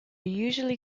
usually